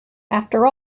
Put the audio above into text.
after